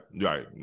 right